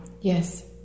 Yes